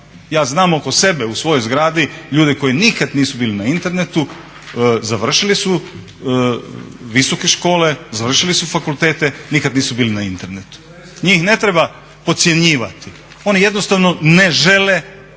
Ja znam oko sebe, u svojoj zgradi ljude koji nikad nisu bili na internetu, završili su visoke škole, završili su fakultete, nikad nisu bili na internetu. Njih ne treba podcjenjivati, oni jednostavno ne žele se priključiti